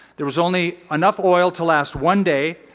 there was only enough oil to last one day.